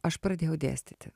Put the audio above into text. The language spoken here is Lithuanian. aš pradėjau dėstyti